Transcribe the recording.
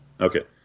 Okay